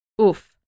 oof